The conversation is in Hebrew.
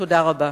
תודה רבה.